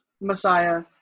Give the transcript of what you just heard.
Messiah